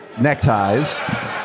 neckties